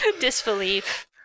Disbelief